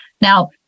Now